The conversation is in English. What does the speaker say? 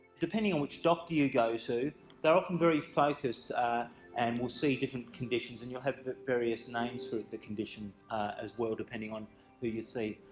depending on which doctor you go to so they're often very focused and will see different conditions. and you'll have various names for the condition as well depending on who you see,